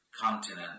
continent